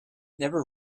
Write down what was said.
never